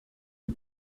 die